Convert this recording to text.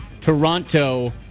Toronto